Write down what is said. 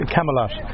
Camelot